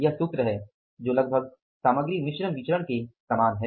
यह सूत्र है जो लगभग सामग्री मिश्रण विचरण के समान है